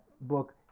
book